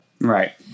Right